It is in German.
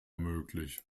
möglich